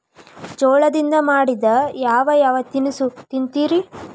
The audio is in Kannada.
ಜೋಳದಿಂದ ಮಾಡಿದ ಯಾವ್ ಯಾವ್ ತಿನಸು ತಿಂತಿರಿ?